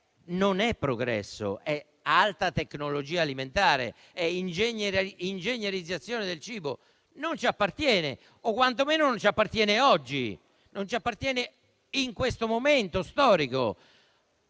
non è progresso, ma alta tecnologia alimentare; è ingegnerizzazione del cibo. Non ci appartiene o, quantomeno, non ci appartiene oggi, in questo momento storico.